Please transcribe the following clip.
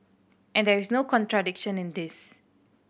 and there is no contradiction in this